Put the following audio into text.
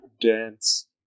dance